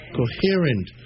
coherent